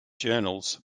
journals